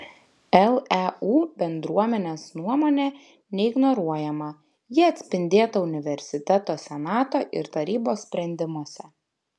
leu bendruomenės nuomonė neignoruojama ji atspindėta universiteto senato ir tarybos sprendimuose